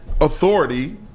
authority